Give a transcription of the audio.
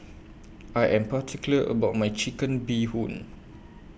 I Am particular about My Chicken Bee Hoon